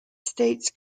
states